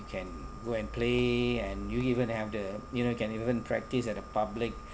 you can go and play and you even have the you know can even practice at a public